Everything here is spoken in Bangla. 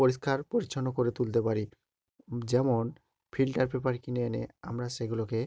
পরিষ্কার পরিচ্ছন্ন করে তুলতে পারি যেমন ফিল্টার পেপার কিনে এনে আমরা সেগুলোকে